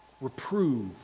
Reprove